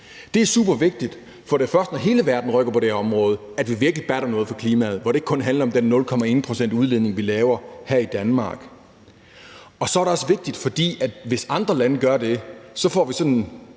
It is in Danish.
Det er supervigtigt, for det er først, når hele verden rykker på det her område, at det virkelig batter noget for klimaet, hvor det ikke kun handler om den udledning på 0,1 pct., vi laver her i Danmark. Så er det også vigtigt, for hvis andre lande gør det, får vi sådan et